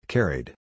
Carried